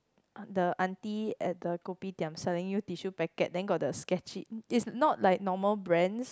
uh the aunty at the kopitiam selling you tissue packet then got the sketchy it's not like normal brands